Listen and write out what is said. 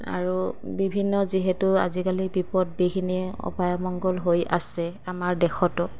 আৰু বিভিন্ন যিহেতু আজিকালি বিপদ বিঘিনি অপায় অমংগল হৈ আছে আমাৰ দেশতো